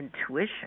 intuition